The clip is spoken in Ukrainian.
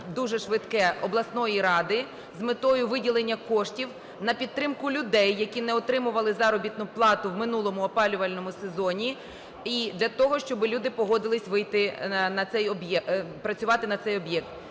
дуже швидке обласної ради з метою виділення коштів на підтримку людей, які не отримували заробітну плату в минулому опалювальному сезоні. І для того, щоби люди погодилися вийти на цей об'єкт,